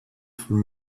von